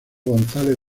gonzález